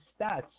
stats